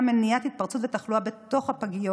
היה מניעת התפרצות ותחלואה בתוך הפגיות,